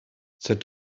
said